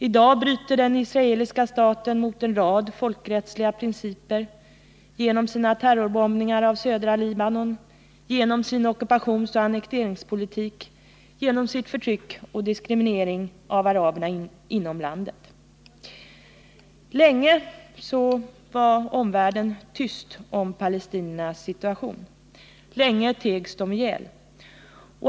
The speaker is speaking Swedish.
I dag bryter den israeliska staten mot en rad folkrättsliga principer genom sina terrorbombningar av södra Libanon, genom sin ockupationsoch annekteringspolitik, genom sitt förtryck och sin diskriminering av araberna inom landet. Länge var omvärlden tyst om palestiniernas situation. Länge tegs de ihjäl.